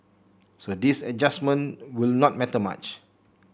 so this adjustment would not matter much